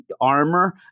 armor